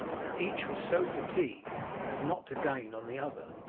and each was so fatigued as not to gain on the other.